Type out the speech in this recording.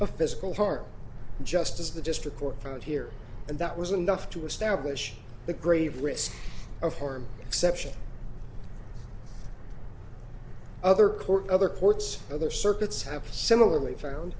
of physical harm just as the district court found here and that was enough to establish the grave risk of harm exception other courts other courts other circuits have similarly found